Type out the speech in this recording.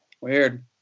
Weird